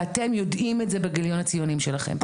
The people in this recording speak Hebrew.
ואתם יודעים את זה בגיליון הציונים שלכם.